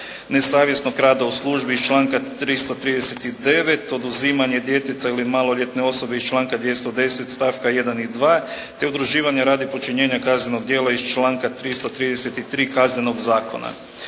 nesavjesnog rada u službi iz članka 339., oduzimanje djeteta ili maloljetne osobe iz članka 210. stavka 1. i 2. te udruživanje radi počinjenja kaznenog djela iz članka 333. Kaznenog zakona.